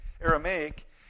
Aramaic